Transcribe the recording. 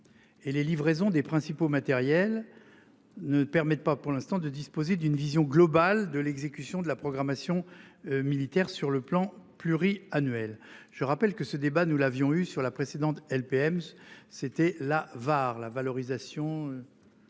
Et les livraisons des principaux matériels. Ne permettent pas pour l'instant de disposer d'une vision globale de l'exécution de la programmation militaire sur le plan pluri- annuel. Je rappelle que ce débat, nous l'avions eue sur la précédente LPM c'était la var la valorisation.